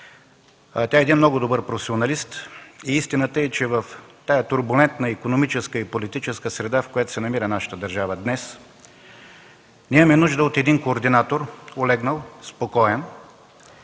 Тя е много добър професионалист. Истината е, че в тази турбулентна икономическа и политическа среда, в която се намира държавата ни днес, имаме нужда от координатор улегнал, спокоен,